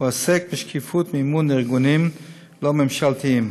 העוסק בשקיפות מימון ארגונים לא ממשלתיים.